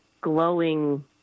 glowing